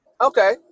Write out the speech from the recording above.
Okay